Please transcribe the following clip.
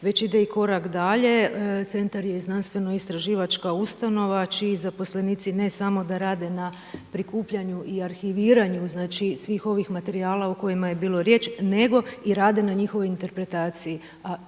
već ide i korak dalje. Centar je i znanstveno-istraživačka ustanova čiji zaposlenici ne samo da rade na prikupljanju i arhiviranju, znači svih ovih materijala o kojima je bilo riječ, nego rade na njihovoj interpretaciji.